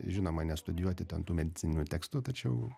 žinoma nestudijuoti ten tų medicininių tekstų tačiau